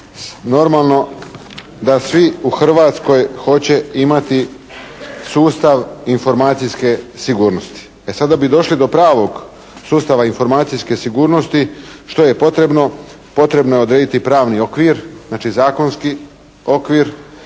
Normalno da svi u Hrvatskoj hoće imati sustav informacijske sigurnosti. E sad, da bi došli do pravog sustava informacijske sigurnosti što je potrebno? Potrebno je odrediti pravni okvir, znači zakonski okvir.